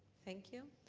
thank you.